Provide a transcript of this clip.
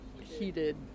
heated